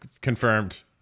Confirmed